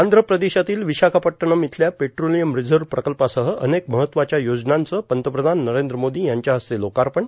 आंध्र प्रदेशातील विशाखापट्टणम इथल्या petroleum reserve प्रकल्पासह अनेक महत्वाच्या योजनांचं पंतप्रधान नरेंद्र मोदी यांच्या हस्ते लोकार्पण